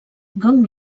gong